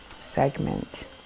segment